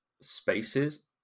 spaces